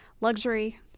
Luxury